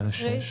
מה זה סעיף 6?